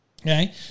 okay